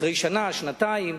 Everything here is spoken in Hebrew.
אחרי שנה-שנתיים,